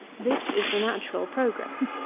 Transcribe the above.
this is the natural progress.